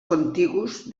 contigus